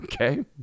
okay